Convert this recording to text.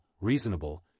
reasonable